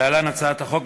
להלן: הצעת החוק,